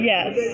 Yes